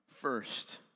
first